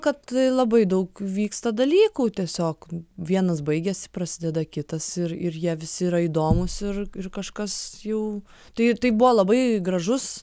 kad labai daug vyksta dalykų tiesiog vienas baigiasi prasideda kitas ir ir jie visi yra įdomūs ir ir kažkas jau tai tai buvo labai gražus